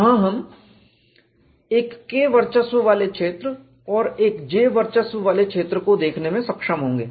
वहां हम एक K वर्चस्व वाले क्षेत्र और एक J वर्चस्व वाले क्षेत्र को देखने में सक्षम होंगे